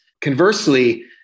Conversely